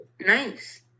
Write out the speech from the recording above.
Nice